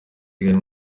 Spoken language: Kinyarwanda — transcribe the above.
kigali